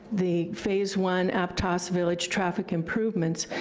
the phase one aptos village traffic improvements,